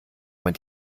man